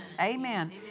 Amen